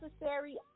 necessary